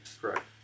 correct